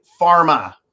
pharma